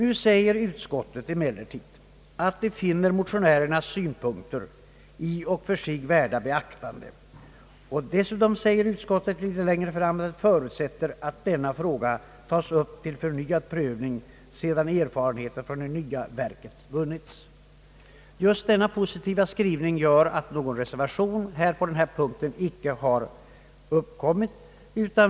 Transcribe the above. Utskottet framhåller emellertid nu att det i och för sig finner motionärernas synpunkter värda beaktande. Dessutom anför utskottet något längre fram, att det förutsätter att denna fråga tas upp till förnyad prövning sedan erfarenheter från det nya verket vunnits. Denna positiva skrivning har gjort att någon reservation icke fogats till denna punkt.